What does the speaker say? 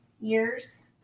years